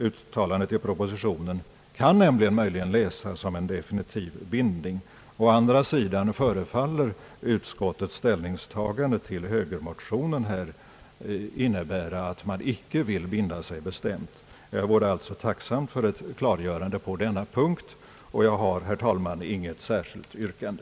Uttalandet i propositionen kan nämligen möjligen läsas som en definitiv bindning. Å andra sidan förefaller utskottets ställningstagande till högermotionen innebära att man inte vill binda sig bestämt. Jag vore alltså tacksam för ett klargörande på denna punkt, och jag har, herr talman, inget särskilt yrkande.